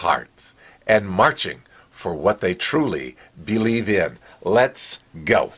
hearts and marching for what they truly believe yeah let's go